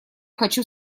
хочу